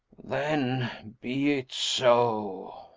then be it so.